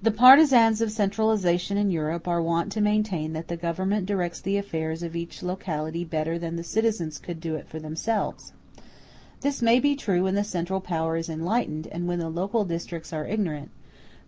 the partisans of centralization in europe are wont to maintain that the government directs the affairs of each locality better than the citizens could do it for themselves this may be true when the central power is enlightened, and when the local districts are ignorant